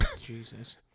Jesus